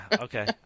okay